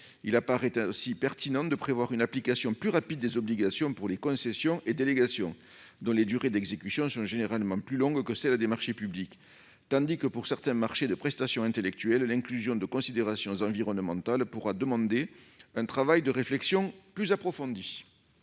Il serait ainsi pertinent de prévoir une mise en oeuvre plus rapide des obligations pour les concessions et délégations, dont les durées d'exécution sont généralement plus longues que celles des marchés publics. En revanche, pour certains marchés de prestations intellectuelles, l'inclusion de considérations environnementales pourra demander un travail de réflexion plus approfondi.